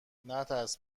نترس